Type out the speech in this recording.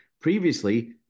Previously